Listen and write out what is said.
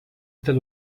estas